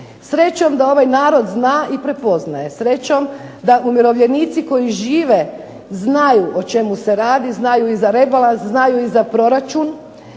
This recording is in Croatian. Srećom da ovaj narod zna i prepoznaje. Srećom da umirovljenici koji žive znaju o čemu se radi, znaju i za rebalans, znaju i za proračun.